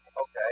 Okay